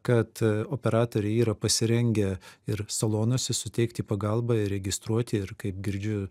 kad operatoriai yra pasirengę ir salonuose suteikti pagalbą ir registruoti ir kaip girdžiu